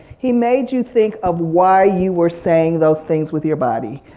he made you think of why you were saying those things with your body.